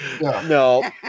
No